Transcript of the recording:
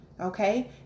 Okay